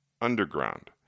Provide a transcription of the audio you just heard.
underground